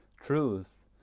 truth!